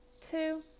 Two